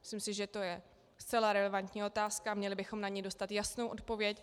Myslím si, že je to zcela relevantní otázka a měli bychom na ni dostat jasnou odpověď.